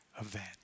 event